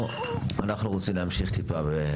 אנחנו רוצים להמשיך טיפה.